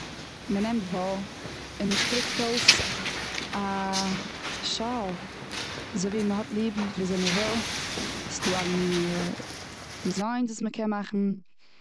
מ'נעמט וואל און מ'שטריקט אויס א שאל, אזוי ווי מ'האט ליב, וויאזוי מ'וויל. ס'דא אלע מינע דיזיינס וואס מ'קען מאכן,